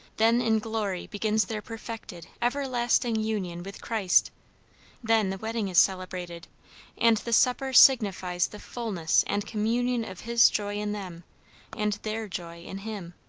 then in glory begins their perfected, everlasting union with christ then the wedding is celebrated and the supper signifies the fulness and communion of his joy in them and their joy in him.